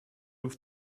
with